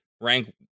rank